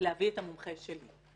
להביא את המומחה שלי.